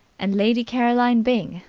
and lady caroline byng,